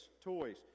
toys